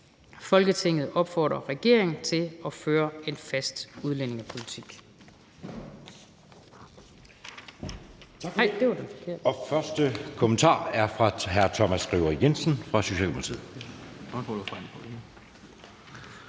Folketinget opfordrer regeringen til at føre en fast udlændingepolitik.«